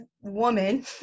woman